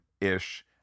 ish